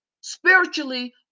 spiritually